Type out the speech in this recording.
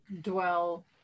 dwell